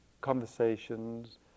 conversations